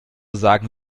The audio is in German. sagen